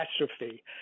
catastrophe